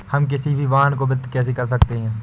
हम किसी भी वाहन को वित्त कैसे कर सकते हैं?